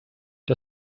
der